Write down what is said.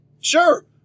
Sure